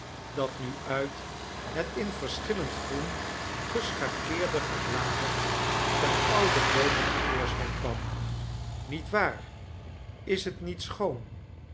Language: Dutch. dat nu uit het in verschillend groen geschakeerde gebladert der oude boomen te voorschijn kwam niet waar is het niet schoon